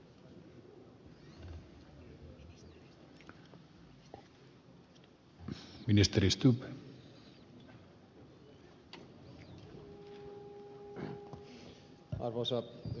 arvoisa herra puhemies